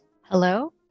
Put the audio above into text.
Hello